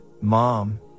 mom